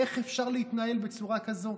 איך אפשר להתנהל בצורה כזאת?